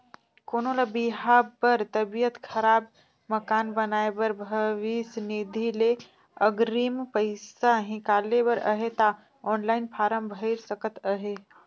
कोनो ल बिहा बर, तबियत खराब, मकान बनाए बर भविस निधि ले अगरिम पइसा हिंकाले बर अहे ता ऑनलाईन फारम भइर सकत अहे